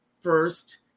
first